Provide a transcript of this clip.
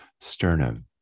sternum